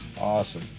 Awesome